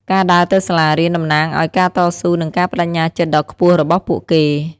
ការដើរទៅសាលារៀនតំណាងឱ្យការតស៊ូនិងការប្តេជ្ញាចិត្តដ៏ខ្ពស់របស់ពួកគេ។